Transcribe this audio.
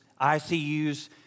ICUs